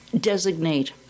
designate